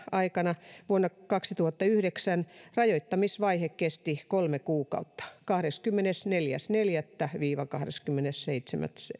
aikana vuonna kaksituhattayhdeksän rajoittamisvaihe kesti kolme kuukautta kahdeskymmenesneljäs neljättä viiva kahdeskymmenesseitsemäs